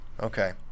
Okay